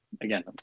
again